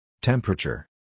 Temperature